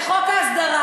וחוק ההסדרה,